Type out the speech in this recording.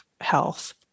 health